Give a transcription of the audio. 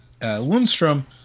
Lundstrom